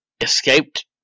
escaped